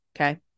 okay